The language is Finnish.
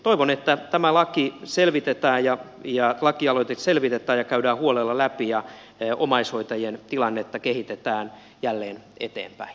toivon että tämä lakialoite selvitetään ja käydään huolella läpi ja omais hoitajien tilannetta kehitetään jälleen eteenpäin